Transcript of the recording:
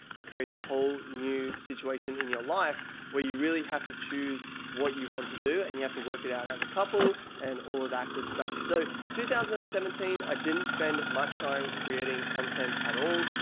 it creates a whole new situation in your life where you really have to choose what you want to do and you have to work it out as a couple and all of that good stuff. so two thousand and seventeen. i didn't spend much time creating content at all.